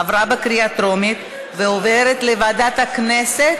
עברה בקריאה טרומית ועוברת לוועדת הכנסת